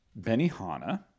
Benihana